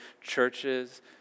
churches